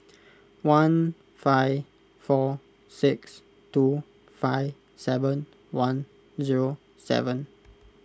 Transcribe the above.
one five four six two five seven one zero seven